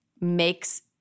makes